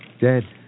Dead